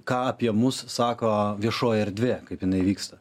ką apie mus sako viešoji erdvė kaip jinai vyksta